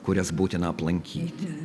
kurias būtina aplankyti